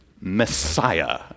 messiah